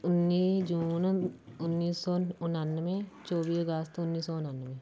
ਉੱਨੀ ਜੂਨ ਉੱਨੀ ਸੌ ਉਣਾਨਵੇਂ ਚੌਵੀ ਅਗਸਤ ਉੱਨੀ ਸੌ ਉਣਾਨਵੇਂ